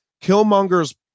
killmonger's